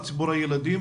ציבור הילדים,